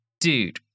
Dude